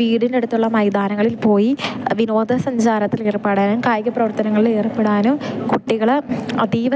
വീടിനടുത്തുള്ള മൈതാനങ്ങളിൽ പോയി വിനോദസഞ്ചാരത്തിൽ ഏർപ്പെടാനും കായിക പ്രവർത്തനങ്ങളിൽ ഏർപ്പെടാനും കുട്ടികൾ അതീവ